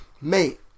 Mate